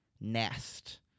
nest